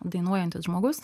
dainuojantis žmogus